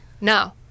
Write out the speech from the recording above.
No